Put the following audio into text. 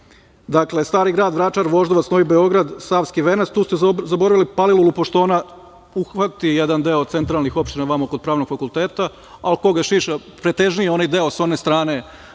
kući. Dakle, Stari grad, Vračar, Voždovac, Novi Beograd, Savski venac, tu ste zaboravili Palilulu, pošto ona uhvati jedan deo centralnih opština ovamo kod Pravnog fakulteta, ali ko ga šiša, pretežniji je onaj deo sa one strane